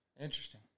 interesting